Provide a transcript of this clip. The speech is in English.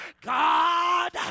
God